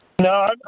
No